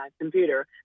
computer